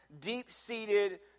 deep-seated